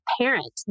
parent